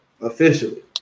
Officially